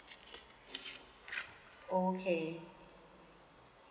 orh okay